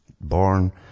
born